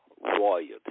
royalty